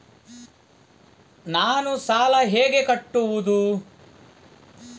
ನಾನು ಸಾಲ ಹೇಗೆ ಕಟ್ಟುವುದು?